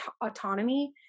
autonomy